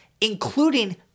including